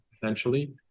potentially